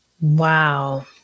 Wow